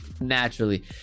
Naturally